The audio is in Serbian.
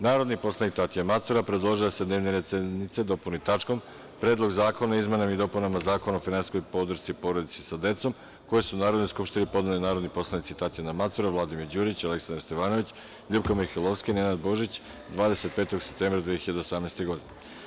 Narodni poslanik Tatjana Macura predložio je da se dnevni red sednice dopunu tačkom – Predlog zakona o izmenama i dopunama Zakona o finansijskoj podršci porodici sa decom, koji su Narodnoj skupštini podneli narodni poslanici Tatjana Macura, Vladimir Đurić, Aleksandar Stevanović, Ljupka Mihajlovski, Nenad Božić 25. septembra 2018. godine.